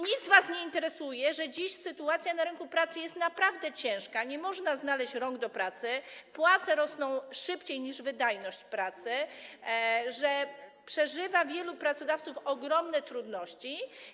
Nic was nie interesuje to, że dziś sytuacja na rynku pracy jest naprawdę ciężka, że nie można znaleźć rąk do pracy, że płace rosną szybciej niż wydajność pracy, że wielu pracodawców przeżywa ogromne trudności.